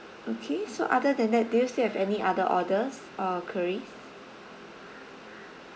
okay so other than that do you still have any other orders or queries